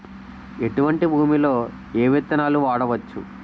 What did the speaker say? ఎటువంటి భూమిలో ఏ విత్తనాలు వాడవచ్చు?